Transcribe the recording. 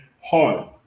hard